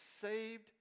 saved